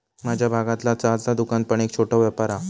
माझ्या भागतला चहाचा दुकान पण एक छोटो व्यापार हा